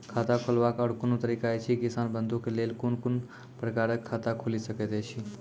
खाता खोलवाक आर कूनू तरीका ऐछि, किसान बंधु के लेल कून कून प्रकारक खाता खूलि सकैत ऐछि?